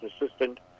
assistant